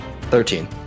Thirteen